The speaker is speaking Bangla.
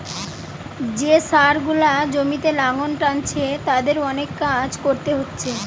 যে ষাঁড় গুলা জমিতে লাঙ্গল টানছে তাদের অনেক কাজ কোরতে হচ্ছে